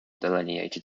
delineated